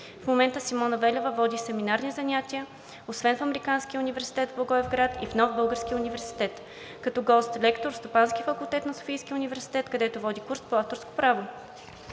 В момента Симона Велева води семинарни занятия освен в Американския университет в Благоевград и в Нов български университет, и като гост-лектор в Стопанския факултет на Софийския университет, където води курс по авторско право.